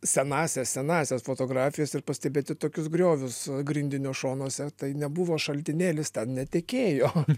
senąsias senąsias fotografijas ir pastebėti tokius griovius grindinio šonuose tai nebuvo šaltinėlis ten netekėjo